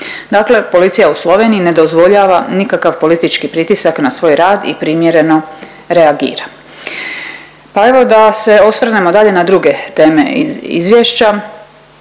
Dakle policija u Sloveniji ne dozvoljava nikakav politički pritisak na svoj rad i primjereno reagira. Pa evo da se osvrnemo dalje na druge teme iz izvješća.